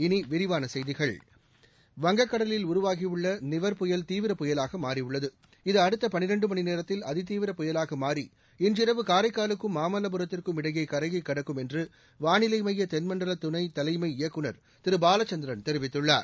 இனி விரிவான செய்திகள் வங்கக்கடலில் உருவாகியுள்ள நிவர் புயல் தீவிர புயலாக மாறியுள்ளது இது அடுத்த பளிரெண்டு மணிநேரத்தில் அதிதீவிர புயலாக மாறி இன்றிரவு காரைக்காலுக்கும் மாமல்வபுரத்திற்கும் இடையே கரையை கடக்கும் என்று வானிலை மைய தென்மண்டல துணை தலைமை இயக்குநர் திரு பாலச்சந்திரன் தெரிவித்துள்ளார்